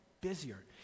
busier